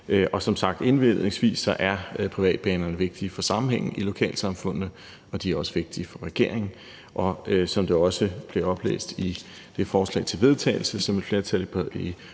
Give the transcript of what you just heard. sige, at privatbanerne som sagt er vigtige for sammenhængen i lokalsamfundene, og de er også vigtige for regeringen. Og som det også blev oplæst i det forslag til vedtagelse, som et flertal i